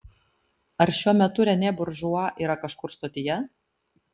ar šiuo metu renė buržua yra kažkur stotyje